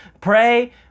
pray